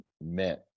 meant